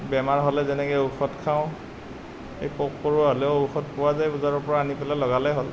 বেমাৰ হ'লে যেনেকৈ ঔষধ খাওঁ এই পোক পৰুৱা হ'লেও ঔষধ পোৱা যায় বজাৰৰ পৰা আনি পেলাই লগালেই হ'ল